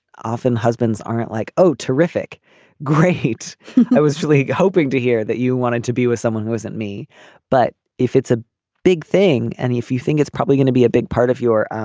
often husbands aren't like oh terrific great i was really hoping to hear that you wanted to be with someone who isn't me but if it's a big thing and if you think it's probably gonna be a big part of your